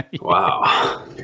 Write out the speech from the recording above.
Wow